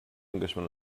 englishman